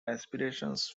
aspirations